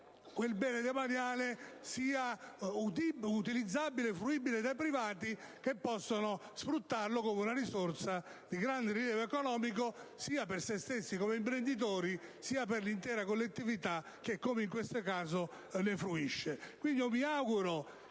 quel bene demaniale sia fruibile da privati, che possono sfruttarlo come una risorsa di grande rilievo economico sia per se stessi, come imprenditori, sia per la collettività che, come in questo caso, ne fruisce. Quindi io mi auguro